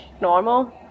normal